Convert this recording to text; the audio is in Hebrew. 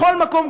בכל מקום,